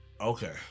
Okay